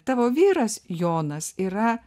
tavo vyras jonas yra